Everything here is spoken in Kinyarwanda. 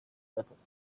batatu